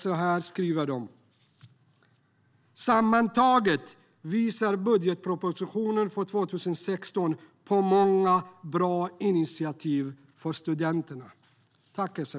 Så här skriver de: Sammantaget visar budgetpropositionen för 2016 på många bra initiativ för studenterna. Tack, SFS!